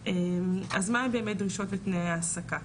אז מה הן באמת דרישות לתנאי העסקה,